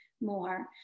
more